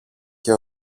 και